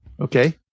Okay